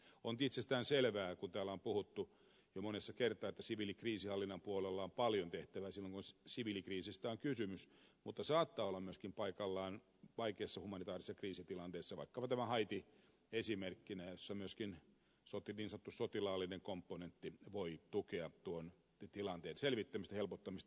on itsestään selvää kun täällä on puhuttu jo monta kertaa että siviilikriisinhallinnan puolella on paljon tehtävää silloin kun siviilikriisistä on kysymys mutta saattaa olla myöskin paikallaan vaikeissa humanitaarisissa kriisitilanteissa vaikkapa tämä haiti esimerkkinä että myöskin niin sanottu sotilaallinen komponentti voi tukea tuon tilanteen selvittämistä helpottamista